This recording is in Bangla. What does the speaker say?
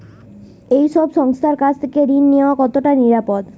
এই সব সংস্থার কাছ থেকে ঋণ নেওয়া কতটা নিরাপদ?